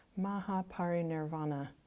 Mahaparinirvana